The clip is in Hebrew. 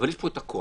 אבל יש פה את הכוח.